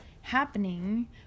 happening